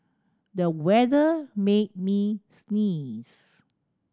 the weather made me sneeze